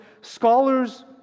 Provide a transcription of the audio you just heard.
Scholars